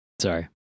Sorry